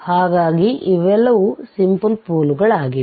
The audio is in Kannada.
ಹಾಗಾಗಿ ಇವೆಲ್ಲವೂ ಸಿಂಪಲ್ ಪೋಲ್ ಗಳಾಗಿವೆ